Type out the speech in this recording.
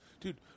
Dude